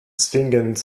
zwingend